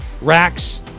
racks